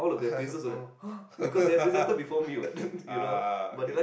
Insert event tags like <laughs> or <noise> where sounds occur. <laughs> hor <laughs> ah okay